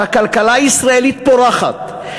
שהכלכלה הישראלית פורחת,